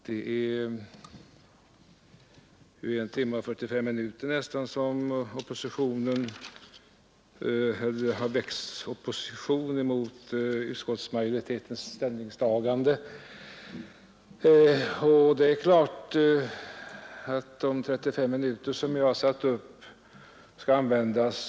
Herr talman! I nästan 1 timme och 45 minuter har det opponerats mot utskottsmajoritetens ställningstagande. De 35 minuter som jag har antecknat för mig skall jag naturligtvis använda.